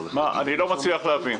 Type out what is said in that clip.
אני לא מצליח להבין.